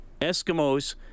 Eskimos